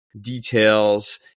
details